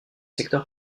secteur